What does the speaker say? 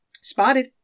Spotted